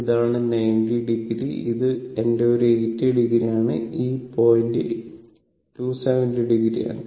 ഇതാണ് 90 o ആണ് ഇത് എന്റെ ഒരു 80 o ആണ് ഈ പോയിന്റ് 270 o ആണ്